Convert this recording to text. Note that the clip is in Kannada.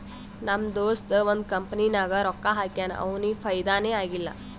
ನಮ್ ದೋಸ್ತ ಒಂದ್ ಕಂಪನಿನಾಗ್ ರೊಕ್ಕಾ ಹಾಕ್ಯಾನ್ ಅವ್ನಿಗ ಫೈದಾನೇ ಆಗಿಲ್ಲ